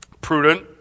prudent